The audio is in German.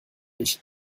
ich